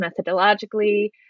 methodologically